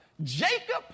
Jacob